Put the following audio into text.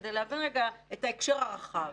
כדי להבין רגע את ההקשר הרחב.